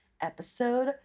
episode